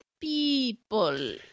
people